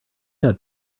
had